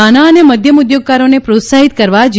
નાના અને મધ્યમ ઉધ્યોગકારોને પ્રોત્સાહિત કરવા જી